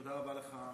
תודה רבה לך,